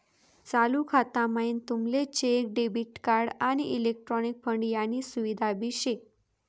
चालू खाता म्हाईन तुमले चेक, डेबिट कार्ड, आणि इलेक्ट्रॉनिक फंड यानी सुविधा भी शे